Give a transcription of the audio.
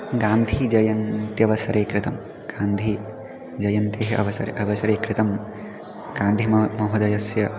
गान्धीजयन्त्यवसरे कृतं गान्धीजयन्तेः अवसरे अवसरे कृतं गान्धिम महोदयस्य